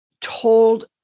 told